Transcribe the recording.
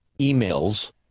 emails